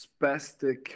spastic